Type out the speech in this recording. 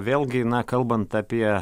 vėlgi kalbant apie